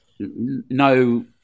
no